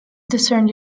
discern